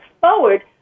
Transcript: forward